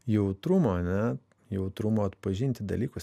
jautrumo ane jautrumo atpažinti dalykus